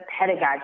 pedagogy